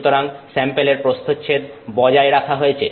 সুতরাং স্যাম্পেলের প্রস্থচ্ছেদ বজায় রাখা হয়েছে